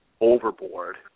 Overboard